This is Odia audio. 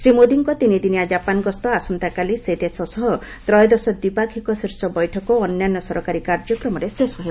ଶ୍ରୀ ମୋଦିଙ୍କ ତିନିଦିନିଆ ଜାପାନ୍ ଗସ୍ତ ଆସନ୍ତାକାଲି ସେ ଦେଶ ସହ ତ୍ରୟୋଦଶ ଦ୍ୱିପକ୍ଷୀୟ ଶୀର୍ଷ ବୈଠକ ଓ ଅନ୍ୟାନ୍ୟ ସରକାରୀ କାର୍ଯ୍ୟକ୍ରମ ଶେଷ ହେବ